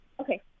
okay